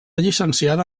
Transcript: llicenciada